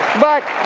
but